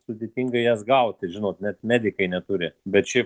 sudėtinga jas gauti žinot net medikai neturi bet šiaip